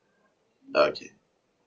okay